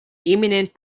imminent